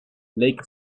lake